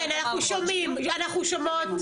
כן, אנחנו שומעים ושומעות.